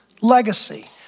legacy